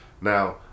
Now